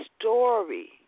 story